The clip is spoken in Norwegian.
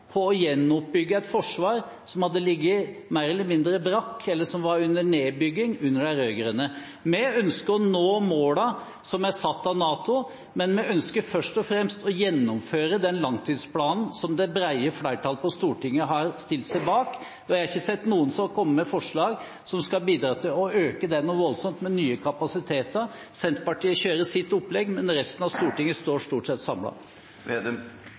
på å gjenoppbygge et forsvar som hadde ligget mer eller mindre brakk, eller som var under nedbygging, under de rød-grønne. Vi ønsker å nå målene som er satt av NATO, men vi ønsker først og fremst å gjennomføre den langtidsplanen som det brede flertallet på Stortinget har stilt seg bak, og jeg har ikke sett noen som har kommet med forslag som skal bidra til å øke den voldsomt med nye kapasiteter. Senterpartiet kjører sitt opplegg, men resten av Stortinget står stort sett